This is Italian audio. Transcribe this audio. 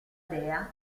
dea